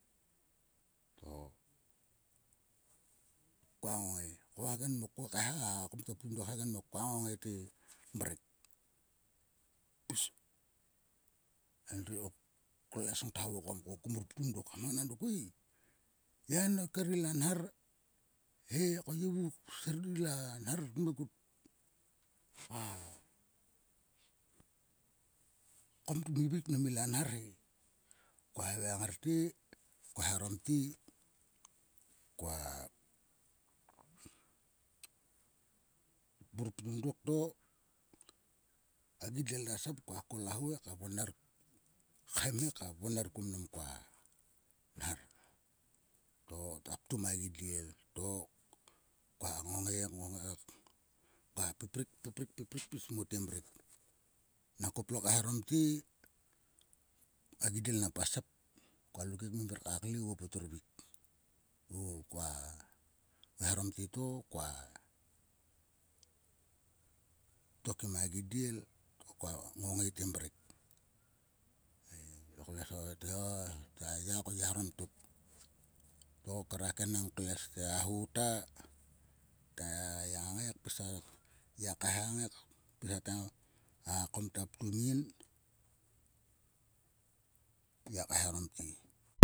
To koa ngongai vu hagemok. koa kaeha vu hagenmok. Koa ngongai te mrek. Pis endri klues ngata vokom ko kumur ptum dok ka mnganang dok,"oi ye enker ila nhar he yi vu kser ila nhar tmikut a kam tmi veik mnam ila nhar he". Koa havaing ngar te. ko eharom te. koa mur ptum dok to a gidiel ta sap koa kol a ho ka voner kuomnam koa nhar. To ta ptum a gidiel to koa ngongai. ngongai. Koa pepet. pepet pis mote mrek. Nang kopla kaeharom te. a gidiel napa sap. Koala kek ngip keir ka kle oguo poturvik. Tokoa eharom te to koa tokim a gidiel to koa ngongai te mrek." To klues ngata havai te hai ta ya ko yi eharom tok. To ko hera kenang klues. a ho ta. ta ya ngai kpis. ya kaeha kngai pis kotok a kom ta ptum yin. ngiak kaeharom te.